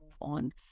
on